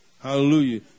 Hallelujah